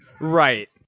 Right